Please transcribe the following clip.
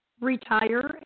Retire